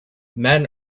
men